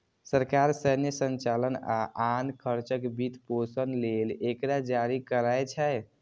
सरकार सैन्य संचालन आ आन खर्चक वित्तपोषण लेल एकरा जारी करै छै